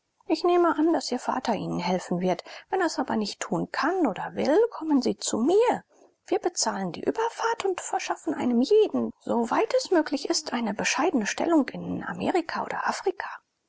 ich nehme an daß ihr vater ihnen helfen wird wenn er es aber nicht tun kann oder will kommen sie zu mir wir bezahlen die überfahrt und verschaffen einem jeden so weit es möglich ist eine bescheidene stellung in amerika oder afrika